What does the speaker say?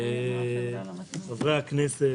חברי הכנסת,